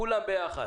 כולם ביחד,